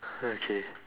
okay